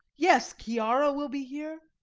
yes, chiara will be here